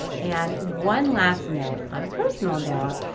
and. one last note on a personal note.